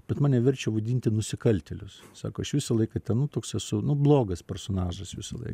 bet mane verčia vaidinti nusikaltėlius sako aš visą laiką ten nu toks esu nu blogas personažas visąlaik